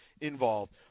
involved